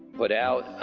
put out.